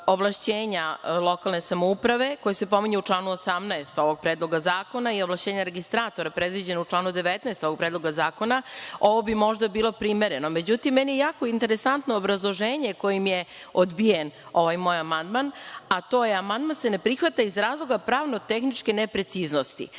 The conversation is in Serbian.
ovlašćenja lokalne samouprave, koji se pominju u članu 18. ovog Predloga zakona i ovlašćenja registratora, predviđeno u članu 19. ovog Predloga zakona, ovo bi možda bilo primereno. Međutim, meni je jako interesantno obrazloženje kojim je odbijen ovaj moj amandman, a to je: amandman se ne prihvata iz razloga pravno-tehničke nepreciznosti.